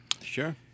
Sure